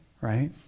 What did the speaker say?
right